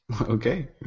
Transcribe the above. Okay